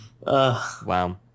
Wow